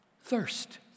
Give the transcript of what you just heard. Thirst